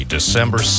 December